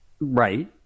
Right